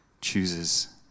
chooses